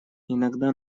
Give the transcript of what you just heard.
иногда